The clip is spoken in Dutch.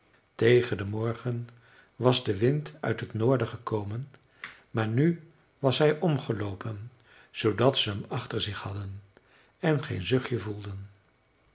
tegen den morgen was de wind uit het noorden gekomen maar nu was hij omgeloopen zoodat ze hem achter zich hadden en geen zuchtje voelden